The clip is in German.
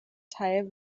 teil